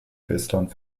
festland